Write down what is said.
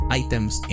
items